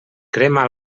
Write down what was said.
crema